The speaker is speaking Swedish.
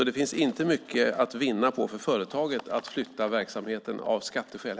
Det finns inte heller mycket att vinna för företaget på att flytta verksamheten av skatteskäl.